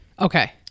Okay